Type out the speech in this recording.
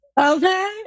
Okay